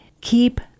keep